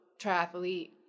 triathlete